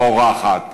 פורחת,